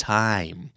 time